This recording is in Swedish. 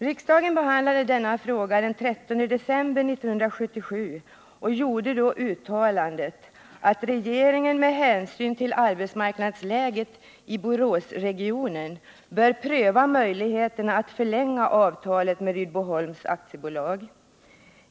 Riksdagen behandlade denna fråga den 13 december 1977 och gjorde då uttalandet att regeringen med hänsyn till arbetsmarknadsläget i Boråsregionen bör pröva möjligheterna att förlänga avtalet med Rydboholms AB.